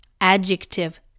Adjective